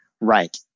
Right